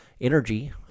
energy